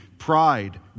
Pride